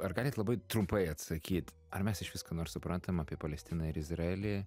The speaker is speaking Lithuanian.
ar galit labai trumpai atsakyt ar mes išvis ką nors suprantam apie palestiną ir izraelį